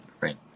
right